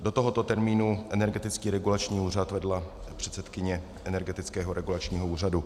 Do tohoto termínu Energetický regulační úřad vedla předsedkyně Energetického regulačního úřadu.